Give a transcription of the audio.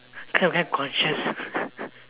cause I very conscious